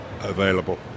available